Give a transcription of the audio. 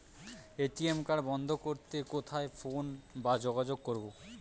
ATM card বন্ধ করতে কোথায় ফোন বা যোগাযোগ করব?